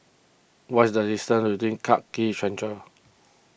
what is the distance to Clarke Quay Central